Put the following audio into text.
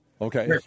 Okay